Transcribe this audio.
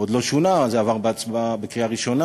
עוד לא שונה, זה עבר בקריאה ראשונה,